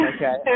Okay